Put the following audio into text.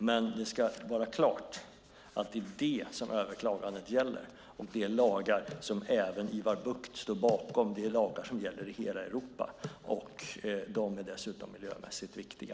Men det ska vara klart att det är det som överklagandet gäller, och dessa lagar, som även Sven-Erik Bucht står bakom, gäller i hela Europa. De är dessutom miljömässigt viktiga.